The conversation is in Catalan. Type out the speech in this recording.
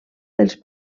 dels